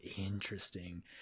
interesting